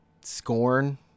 Scorn